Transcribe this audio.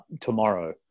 tomorrow